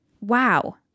wow